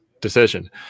decision